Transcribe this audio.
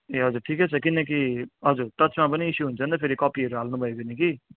ए हजुर ठिकै छ किनकि हजुर टचमा पनि इस्यू हुन्छ नि त कपीहरू हाल्नु भयो भने कि